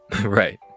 right